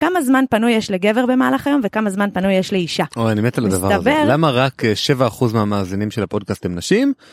כמה זמן פנוי יש לגבר במהלך היום וכמה זמן פנוי יש לאישה. אוי אני מת על הדבר הזה, למה רק 7% מהמאזינים של הפודקאסט הם נשים?